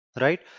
right